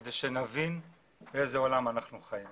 כדי שנבין באיזה עולם אנחנו חיים.